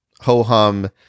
ho-hum